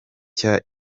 nshya